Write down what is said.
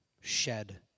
shed